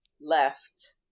left